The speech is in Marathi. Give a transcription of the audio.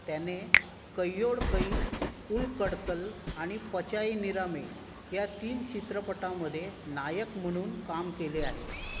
त्याने कैयोड कई उल कडतल आणि पचाई निरामे या तीन चित्रपटामध्ये नायक म्हणून काम केले आहे